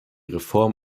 reform